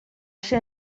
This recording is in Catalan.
ser